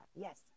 yes